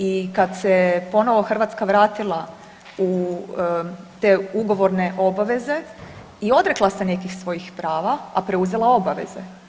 I kad se ponovo Hrvatska vratila u te ugovorne obaveze i odrekla se nekih svojih prava, a preuzela obaveze.